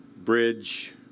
bridge